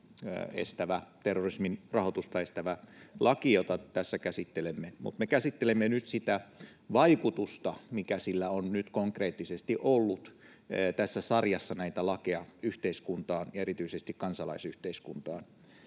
terrorismin rahoitusta estävä laki, jota tässä käsittelemme. Mutta me käsittelemme nyt sitä vaikutusta, mikä sillä on nyt konkreettisesti ollut tässä sarjassa näitä lakeja yhteiskuntaan ja erityisesti kansalaisyhteiskuntaan.